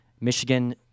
Michigan